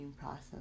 process